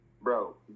Bro